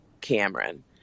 Cameron